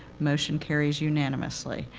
motion carries unanimously.